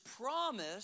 promise